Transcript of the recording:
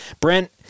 Brent